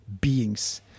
beings